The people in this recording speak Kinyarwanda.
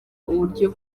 uburyo